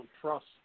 trust